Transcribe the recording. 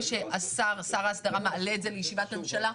ששר ההסדרה מעלה את זה לישיבת הממשלה,